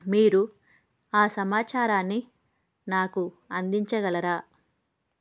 మీరు ఆ సమాచారాన్ని నాకు అందించగలరా